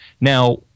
Now